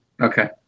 Okay